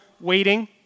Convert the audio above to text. waiting